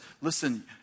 listen